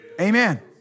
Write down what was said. Amen